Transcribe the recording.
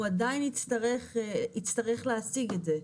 הוא עדיין יצטרך להשיג את זה,